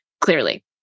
clearly